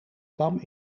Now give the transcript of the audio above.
kwam